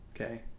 Okay